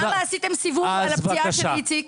למה עשיתם סיבוב על הפציעה של איציק?